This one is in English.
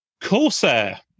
Corsair